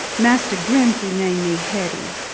master grimke named me hetty,